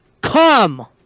Come